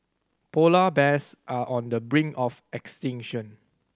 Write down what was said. polar bears are on the brink of extinction